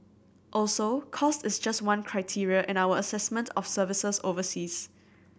also cost is just one criteria in our assessment of services overseas